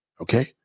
okay